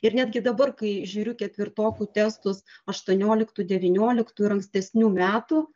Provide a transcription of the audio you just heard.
ir netgi dabar kai žiūriu ketvirtokų testus aštuonioliktų devynioliktų ir ankstesnių metų